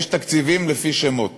יש תקציבים לפי שמות